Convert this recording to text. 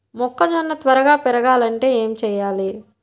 మొక్కజోన్న త్వరగా పెరగాలంటే ఏమి చెయ్యాలి?